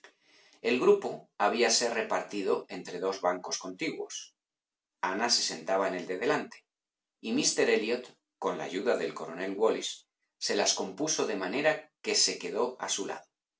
el grupo habíase repartido entre dos bancos contiguos ana se sentaba en el de delante y mis ter elliot con la ayuda del coronel wallis se las compuso de manera que se quedó a su lado